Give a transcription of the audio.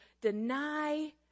deny